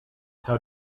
how